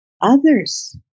others